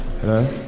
hello